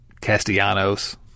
Castellanos